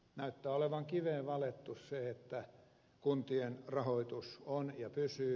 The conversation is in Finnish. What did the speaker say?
näyttää olevan kiveen valettu se että kuntien rahoitus on ja pysyy